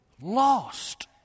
lost